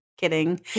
Kidding